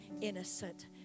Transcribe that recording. innocent